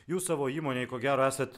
jūs savo įmonėj ko gero esat